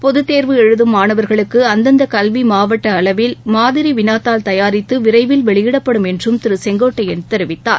பொதுத் தேர்வு எழுதும் மாணவர்களுக்கு அந்தந்த கல்வி மாவட்ட அளவில் மாதிரி வினாத்தாள் தயாரித்து விரைவில் வெளியிடப்படும் என்றும் திரு செங்கோட்டையன் தெரிவித்தார்